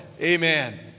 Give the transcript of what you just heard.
Amen